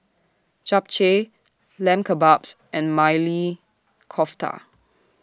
Japchae Lamb Kebabs and Maili Kofta